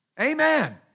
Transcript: Amen